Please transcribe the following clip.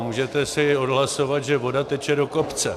Můžete si odhlasovat, že voda teče do kopce.